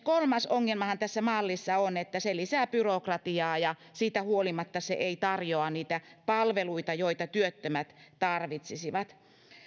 kolmas ongelmahan tässä mallissa on että se lisää byrokratiaa ja siitä huolimatta se ei tarjoa niitä palveluita joita työttömät tarvitsisivat